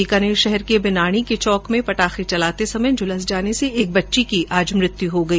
बीकानेर शहर के बिन्नाणी के चौक में पटाखे चलाते समय झूलस जार्ने से एक बच्ची की आज मृत्यू हो गई